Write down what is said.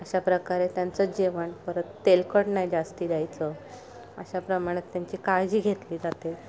अशा प्रकारे त्यांचं जेवण परत तेलकट नाही जास्ती द्यायचं अशा प्रमाणात त्यांची काळजी घेतली जाते